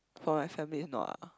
for my family is not ah